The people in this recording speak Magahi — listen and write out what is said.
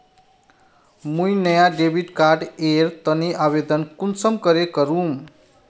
मुई नया डेबिट कार्ड एर तने आवेदन कुंसम करे करूम?